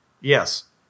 Yes